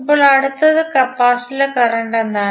ഇപ്പോൾ അടുത്തത് കപ്പാസിറ്ററിൽ കറന്റ് എന്താണ്